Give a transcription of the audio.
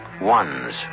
ones